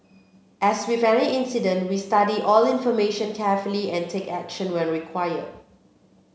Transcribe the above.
as with any incident we study all information carefully and take action where require